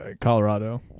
Colorado